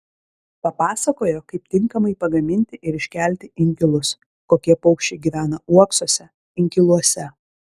papasakojo kaip tinkamai pagaminti ir iškelti inkilus kokie paukščiai gyvena uoksuose inkiluose